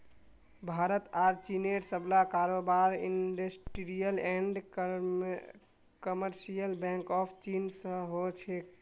भारत आर चीनेर सबला कारोबार Industrial and Commercial Bank of चीन स हो छेक